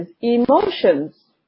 emotions